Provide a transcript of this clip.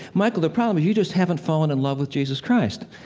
michael, the problem is, you just haven't fallen in love with jesus christ.